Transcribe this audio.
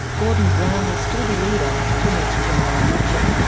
gordon brown will still be leader at the next general election,